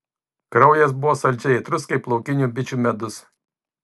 kraujas buvo saldžiai aitrus kaip laukinių bičių medus